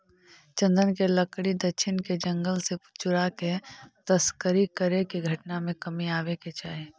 चन्दन के लकड़ी दक्षिण के जंगल से चुराके तस्करी करे के घटना में कमी आवे के चाहि